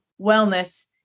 wellness